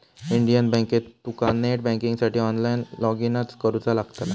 Indian बँकेत तुका net बँकिंगसाठी ऑनलाईन लॉगइन करुचा लागतला